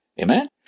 Amen